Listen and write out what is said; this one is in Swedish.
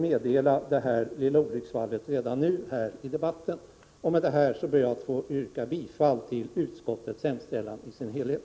Med detta ber jag att få yrka bifall till utskottets hemställan i dess helhet.